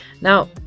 Now